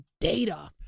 data